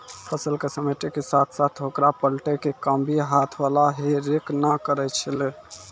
फसल क समेटै के साथॅ साथॅ होकरा पलटै के काम भी हाथ वाला हे रेक न करै छेलै